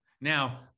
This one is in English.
Now